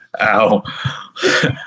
ow